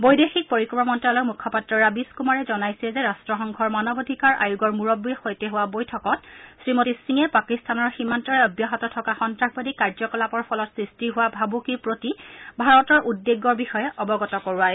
বৈদেশিক পৰিক্ৰমা মন্ত্যালয়ৰ মুখপাত্ৰ ৰবীশ কুমাৰে জনাইছে যে ৰট্টসংঘৰ মানৱাধিকাৰ আয়োগৰ মূৰববীৰ সৈতে হোৱা বৈঠকত শ্ৰীমতী সিঙে পাকিস্তানৰ সীমান্তৰে অব্যাহত থকা সন্তাসবাদী কাৰ্যকলাপৰ ফলত সৃষ্টি হোৱা ভাবুকিৰ প্ৰতি ভাৰতৰ উদ্বেগৰ বিষয়ে অৱগত কৰোৱায়